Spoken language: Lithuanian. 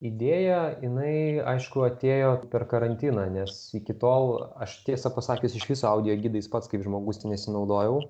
idėja jinai aišku atėjo per karantiną nes iki tol aš tiesą pasakius iš viso audiogidais pats kaip žmogus nesinaudojau